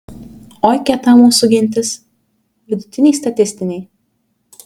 oi kieta mūsų gentis vidutiniai statistiniai